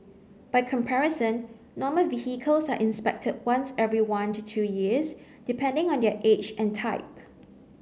by comparison normal vehicles are inspected once every one to two years depending on their age and type